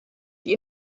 die